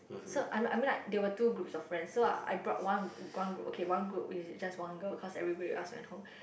so I mean I mean like there were two group of friends so ah I brought one group one group okay one group with just one go cause everybody else went home